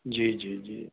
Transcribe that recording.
जी जी जी